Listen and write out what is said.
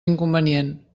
inconvenient